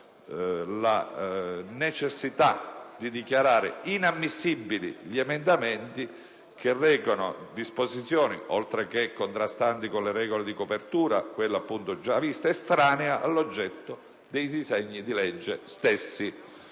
la necessità di dichiarare inammissibili gli emendamenti recanti disposizioni, oltre che contrastanti con le regole di copertura, estranee all'oggetto dei disegni di legge stessi.